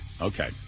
okay